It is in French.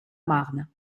marne